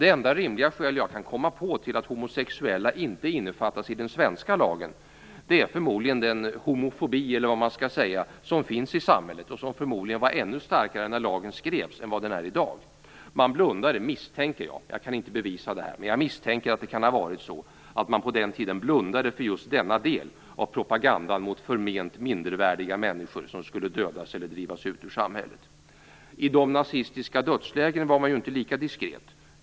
Det enda rimliga skäl jag kan komma på till att homosexuella inte innefattas i den svenska lagen är förmodligen den homofobi, eller vad man skall kalla det, som finns i samhället och som förmodligen var ännu starkare när lagen skrevs än vad den är i dag. Jag kan inte bevisa det, men jag misstänker att man på den tiden blundade för just denna del av propagandan mot förment mindervärdiga människor som skulle dödas eller drivas ut ur samhället. I de nazistiska dödslägren var man inte lika diskret.